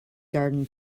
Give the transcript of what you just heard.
garden